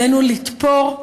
עלינו לתפור,